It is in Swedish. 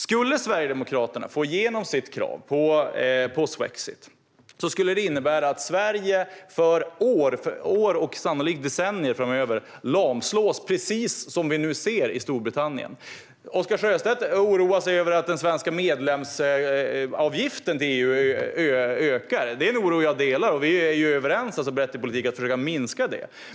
Skulle Sverigedemokraterna få igenom sitt krav på svexit skulle det innebära att Sverige i år och sannolikt decennier framöver lamslås precis på det sätt som vi nu ser i Storbritannien. Oscar Sjöstedt oroar sig över att den svenska medlemsavgiften till EU ökar. Det är en oro som jag delar, och vi är politiskt brett överens om att försöka minska den.